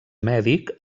mèdic